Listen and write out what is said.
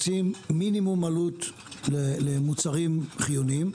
רוצים מינימום עלות למוצרים חיוניים,